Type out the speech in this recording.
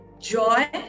joy